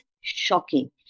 shocking